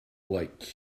like